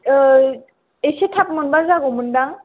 एसे थाब मोनबा जागौमोनदां